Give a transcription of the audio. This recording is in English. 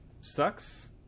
sucks